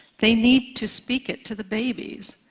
they need to speak it to the babies,